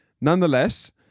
Nonetheless